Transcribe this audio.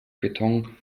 beton